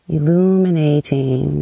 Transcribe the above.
Illuminating